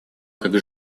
как